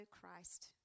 Christ